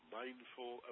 mindful